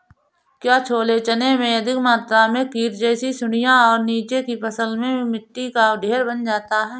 क्या छोले चने में अधिक मात्रा में कीट जैसी सुड़ियां और नीचे की फसल में मिट्टी का ढेर बन जाता है?